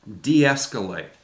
de-escalate